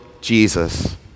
Jesus